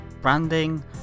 branding